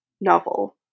novel